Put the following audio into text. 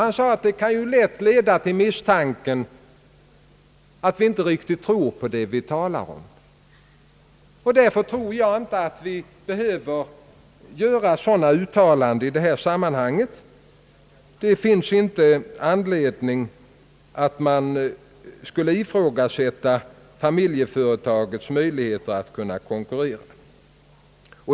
Han framhöll att sådant lätt kunde leda till misstanken, att man inte riktigt tror på vad man talar om i detta avseende. Därför tror jag inte heller att vi behöver göra sådana uttalanden i detta sammanhang. Det finns inte anledning att ifrågasätta familjeföretagets möjligheter att konkurrera.